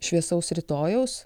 šviesaus rytojaus